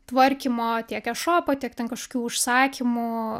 tvarkymo tiek ešopo tiek ten kažkokių užsakymų